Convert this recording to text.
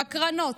בקרנות,